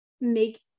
make